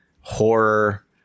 horror